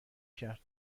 کرد